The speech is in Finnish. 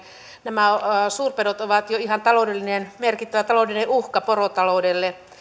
nämä suurpedot ovat jo ihan merkittävä taloudellinen uhka porotaloudelle